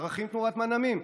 ערכים תמורת מנעמים.